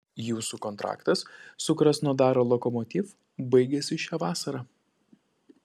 jūsų kontraktas su krasnodaro lokomotiv baigiasi šią vasarą